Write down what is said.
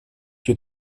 lieu